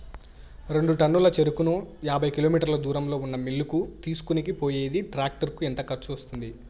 రెండు టన్నుల చెరుకును యాభై కిలోమీటర్ల దూరంలో ఉన్న మిల్లు కు తీసుకొనిపోయేకి టాక్టర్ కు ఎంత ఖర్చు వస్తుంది?